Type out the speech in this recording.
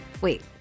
Wait